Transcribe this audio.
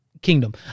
kingdom